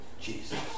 Jesus